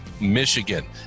Michigan